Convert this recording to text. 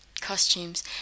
costumes